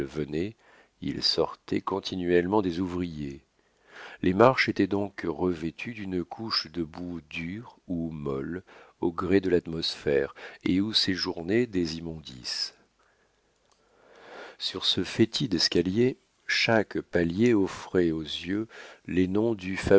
il sortait continuellement des ouvriers les marches étaient donc revêtues d'une couche de boue dure ou molle au gré de l'atmosphère et où séjournaient des immondices sur ce fétide escalier chaque palier offrait aux yeux les noms